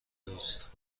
دوست